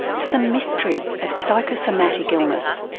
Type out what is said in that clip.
to the mystery of psychosomatic illness.